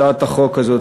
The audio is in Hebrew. הצעת החוק הזאת,